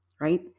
right